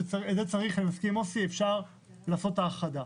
אני מסכים עם מוסי, אפשר לעשות האחדה.